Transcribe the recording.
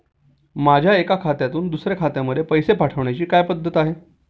माझ्या एका खात्यातून दुसऱ्या खात्यामध्ये पैसे पाठवण्याची काय पद्धत आहे?